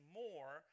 more